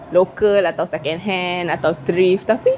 local atau secondhand atau thrift tapi